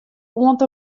oant